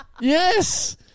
yes